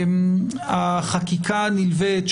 החקיקה הנלווית,